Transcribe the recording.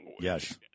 Yes